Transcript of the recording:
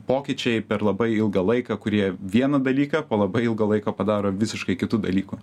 pokyčiai per labai ilgą laiką kurie vieną dalyką po labai ilgo laiko padaro visiškai kitu dalyku